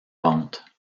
ventes